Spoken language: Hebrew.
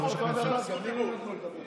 מתי קיבלנו את זה?